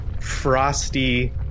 frosty